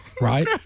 Right